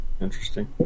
interesting